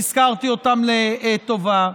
שהזכרתי אותם לטובה,